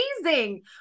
amazing